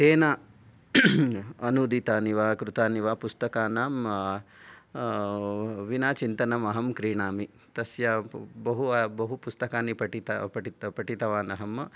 तेन अनूदितानि वा कृतानि वा पुस्तकानां विना चिन्तनं अहं क्रीणामि तस्य बहु बहु पुस्तकानि पठित पठत पठितवान् अहम्